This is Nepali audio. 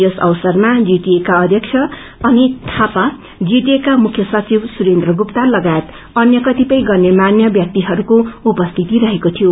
यस अवसरमा जीटिए का अध्यक्ष अनित थापा जीटिए का मुख्य संघिव सुरेन्द्र गुप्ता तगायत अन्य कतिपय गन्यामान्य व्याक्तिहरूको उपस्थित रहेको शियो